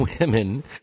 women